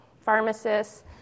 pharmacists